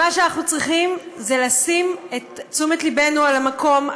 מה שאנחנו צריכים זה להפנות את תשומת ליבנו למקום.